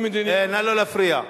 נא לא להפריע.